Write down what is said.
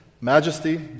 majesty